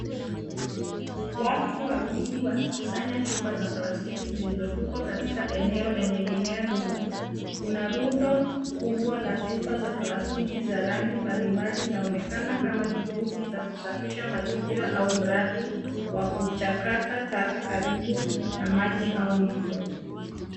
Watu wawili wakikusanya chupa za plastiki zilizotupwa katika eneo lenye mimea mingi. Kuna rundo kubwa la chupa za plastiki za rangi mbalimbali. Inaonekana kama juhudi za kusafisha mazingira au mradi wa kuchakata taka karibu na maji au mto.